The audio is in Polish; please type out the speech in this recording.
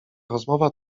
rozmowa